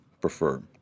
prefer